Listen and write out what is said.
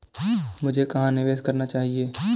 मुझे कहां निवेश करना चाहिए?